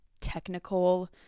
technical